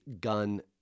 gun